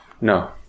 No